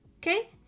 okay